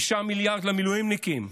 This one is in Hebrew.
9 מיליארד למילואימניקים,